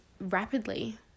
rapidly